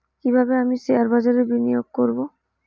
কিভাবে আমি শেয়ারবাজারে বিনিয়োগ করবে?